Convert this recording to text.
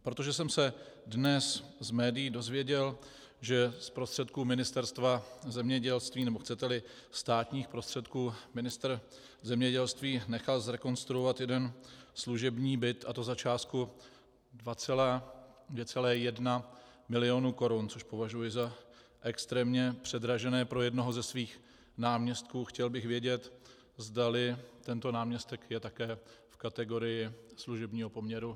Protože jsem se dnes z médií dozvěděl, že z prostředků Ministerstva zemědělství, nebo chceteli státních prostředků, ministr zemědělství nechal zrekonstruovat jeden služební byt, a to za částku 2,1 mil. korun, což považuji za extrémně předražené, pro jednoho ze svých náměstků, chtěl bych vědět, zda tento náměstek je také v kategorii služebního poměru.